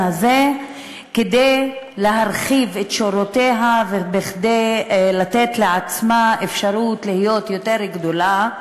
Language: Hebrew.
הזה כדי להרחיב את שורותיה וכדי לתת לעצמה אפשרות להיות יותר גדולה,